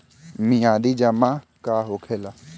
मियादी जमा का होखेला?